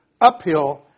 uphill